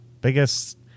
Biggest